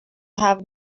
have